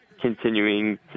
continuing